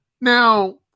now